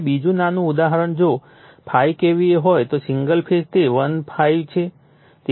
હવે બીજું નાનું ઉદાહરણ જો 5 KVA હોય તો સિંગલ ફેઝ તે 1 ∅ છે